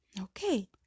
okay